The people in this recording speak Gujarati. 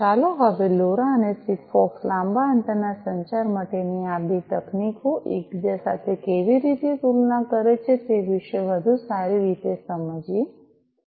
ચાલો હવે લોરા અને સિગફોક્સ લાંબા અંતરના સંચાર માટેની આ બે તકનીકો એકબીજા સાથે કેવી રીતે તુલના કરે છે તે વિશે વધુ સારી રીતે સમજીએ